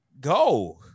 go